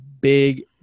big